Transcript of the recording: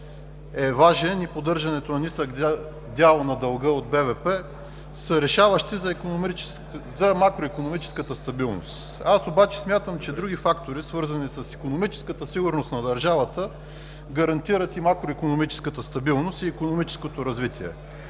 е важен и поддържането на нисък дял на дълга от БВП са решаващи за макроикономическата стабилност. Аз обаче смятам, че други фактори, свързани с икономическата сигурност на държавата, гарантират и макроикономическата стабилност, и икономическото развитие.